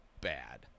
bad